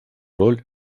роль